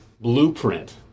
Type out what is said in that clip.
blueprint